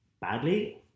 badly